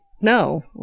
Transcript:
No